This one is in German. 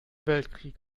weltkrieg